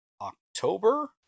October